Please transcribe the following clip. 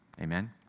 amen